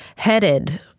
headed,